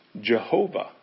Jehovah